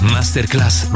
Masterclass